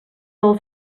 del